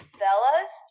fellas